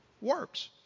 works